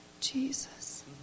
Jesus